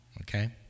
Okay